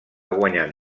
guanyat